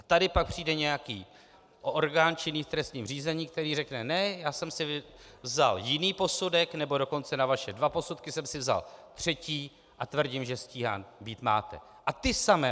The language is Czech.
Tady pak přijde nějaký orgán činný v trestným řízení, který řekne: ne, já jsem si vzal jiný posudek, nebo dokonce na vaše dva posudky jsem si vzal třetí, a tvrdím, že stíhán být máte.